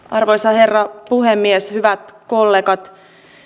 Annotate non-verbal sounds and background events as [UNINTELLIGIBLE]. [UNINTELLIGIBLE] arvoisa herra puhemies hyvät kollegat